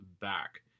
back